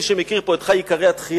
מי שמכיר פה את ח"י עיקרי התחייה,